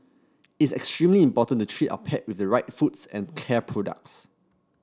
it's extremely important to treat our pet with the right foods and care products